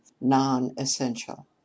non-essential